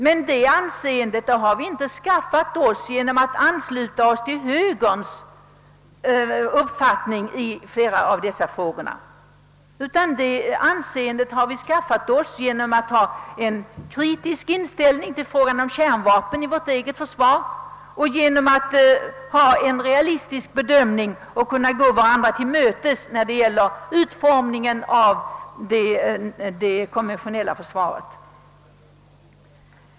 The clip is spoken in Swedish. Men det anseendet har vi inte skaffat oss genom att ansluta oss till högerns uppfattning, utan tvärtom genom vår kritiska inställning till frågan om kärnvapen i vårt eget försvar, genom en realistisk bedömning av och förmåga att gå varandra till mötes när det gäller utformningen av det konventionella försvaret.